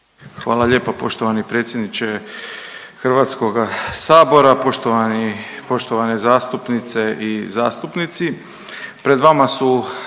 Hvala lijepa poštovani predsjedniče Hrvatskoga sabora, poštovane zastupnice i zastupnici.